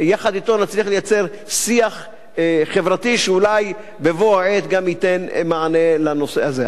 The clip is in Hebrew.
יחד אתו נצליח לייצר שיח חברתי שאולי בבוא העת גם ייתן מענה לנושא הזה.